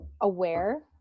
aware